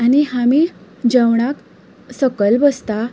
आनी हामे जेवणाक सकल बसता